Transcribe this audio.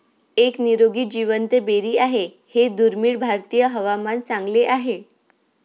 एक निरोगी जिवंत बेरी आहे हे दुर्मिळ भारतीय हवामान चांगले आहे